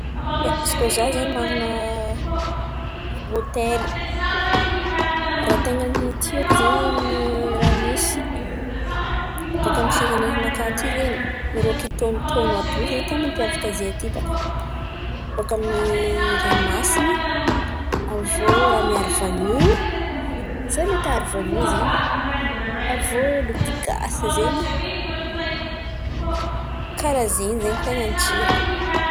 ia, izy kô zah zen̈y man̈ana hotely? Rah ten̈any tiako zen̈y raha misy bôkà amy ny firenenakà ty zen̈y, irô kitônotôno àby io zen̈y ten̈a mampiavaka zahay aty bakà. Bôkà amy ny ranomasin̈y, avô raha miaro vanio, zay mety aharo vanio zen̈y avô loky gasy zen̈y. Karan̈y zen̈y zen̈y ny ten̈any tiako.